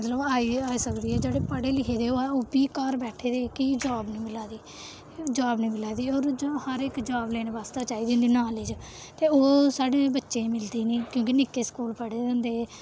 मतलब आई आई सकदी ऐ जेह्ड़े पढ़े लिखे दे होऐ ओह् बी घर बैठे दे कि जाब निं मिला दी जाब निं मिला दी होर हर इक जाब लैने बास्तै चाहिदी नालेज ते ओह् साढ़े बच्चें गी मिलदी निं क्योंकि निक्के स्कूल पढ़े दे होंदे